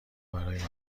برای